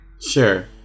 Sure